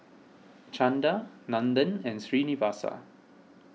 Chanda Nandan and Srinivasa